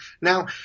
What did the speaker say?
now